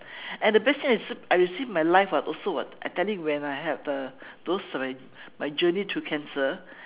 and the best thing I I receive in my life was also what I tell you when I have uh those my my journey through cancer